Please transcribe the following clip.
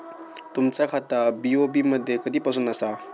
तुमचा खाता बी.ओ.बी मध्ये कधीपासून आसा?